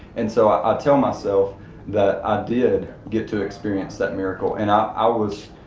and so i tell myself that i did get to experience that miracle, and ah i was,